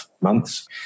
months